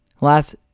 last